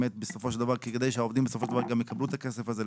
בסופו של דבר כדי שהעובדים בסופו של דבר גם יקבלו את הכסף הזה.